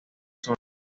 son